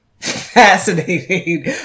Fascinating